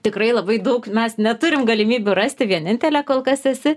tikrai labai daug mes neturim galimybių rasti vienintelė kol kas esi